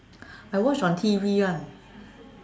I watch on T_V [one]